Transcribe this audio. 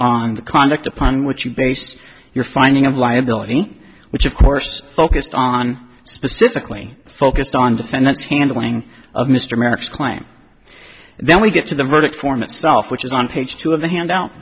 on the conduct upon which you base your finding of liability which of course focused on specifically focused on defendant's handling of mr maritz claim then we get to the verdict form itself which is on page two of the handout